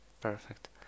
Perfect